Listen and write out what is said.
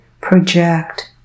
project